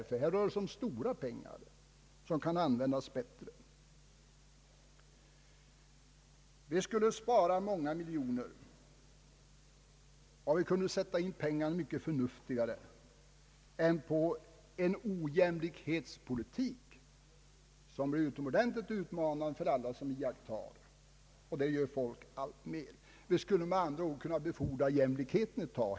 I detta fall gäller det stora pengar, som kan användas bättre. Det skulle spara många miljoner, och vi kunde sätta in pengarna mycket förnuftigare än vi gör genom att satsa på en politik som inte går ut på jämlikhet utan är utomordentligt utmanande för iakttagarna. Vi skulle med andra ord kunna befordra jämlikheten ett tag.